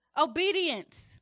obedience